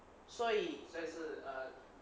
所以